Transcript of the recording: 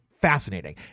fascinating